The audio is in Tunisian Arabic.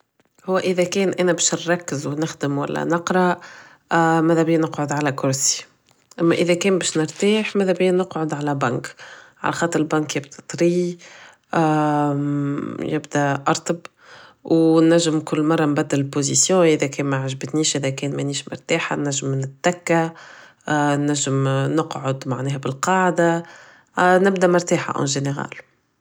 هو اذا كان انا باش نركز و نخدم ولا نقرا مدابيا نقعد على كرسي اما اذا كان بش نرتاح مذابيا نقعد على بنك على خاطر البنك طري يبدا ارطب و نجم كل مرة نبدل position اذا معجبتنيش اذا منيش مرتاحة نجم نتكا نجم نقعد معناها بلقعدة نبدا مرتاحة en général